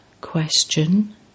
Question